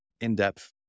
in-depth